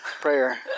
prayer